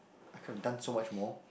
I could have done so much more